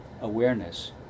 awareness